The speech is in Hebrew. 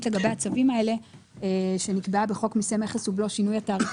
לגבי הצווים האלה שנקבעה בחוק מיסי מכס (שינוי התעריף),